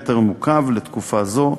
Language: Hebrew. מטר מעוקב לתקופה זו